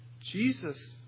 Jesus